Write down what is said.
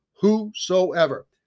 whosoever